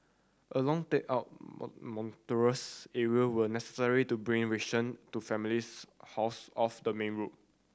a long take up mountainous area were necessary to bring ration to families housed off the main road